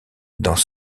dans